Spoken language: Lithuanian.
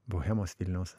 bohemos vilniaus